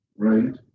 Right